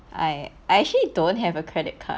I I actually don't have a credit card